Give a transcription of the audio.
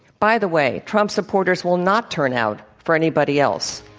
by the way, trump supporters will not turn out for anybody else.